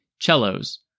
cellos